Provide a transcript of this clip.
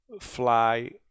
fly